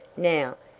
now,